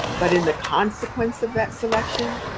but in the consequence of that selection?